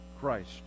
christ